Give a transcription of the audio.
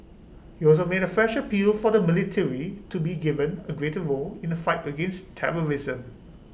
he also made A fresh appeal for the military to be given A greater role in the fight against terrorism